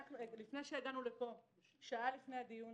לפני שהגענו לפה, שעה לפני הדיון